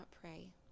pray